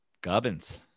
Gubbins